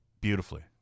beautifully